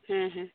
ᱦᱮᱸ ᱦᱮᱸ